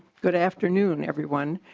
good afternoon everyone